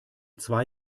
zwei